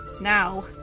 Now